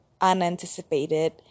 unanticipated